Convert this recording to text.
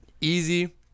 easy